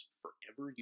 forever